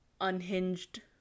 unhinged